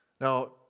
Now